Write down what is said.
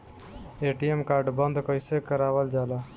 ATM card बन्द कईसे करावल जाला?